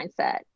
mindset